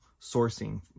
sourcing